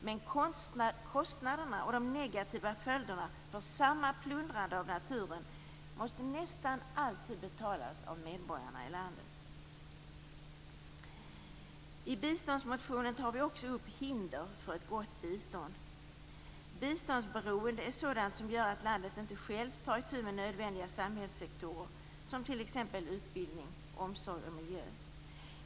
Men kostnaderna och de negativa följderna för samma plundrande av naturen måste nästan alltid betalas av medborgarna i landet. I biståndsmotionen tar vi också upp att hinder för ett gott biståndsberoende är sådant som gör att landet inte självt tar itu med nödvändiga samhällssektorer som t.ex. utbildning, omsorg och miljö.